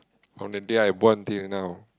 on the day I born till now